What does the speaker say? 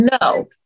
no